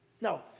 no